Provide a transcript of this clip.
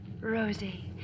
Rosie